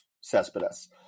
Cespedes